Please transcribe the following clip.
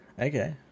Okay